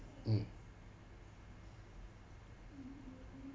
mm